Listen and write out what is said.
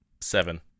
Seven